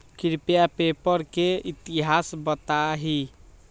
कृपया पेपर के इतिहास बताहीं